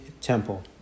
temple